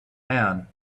man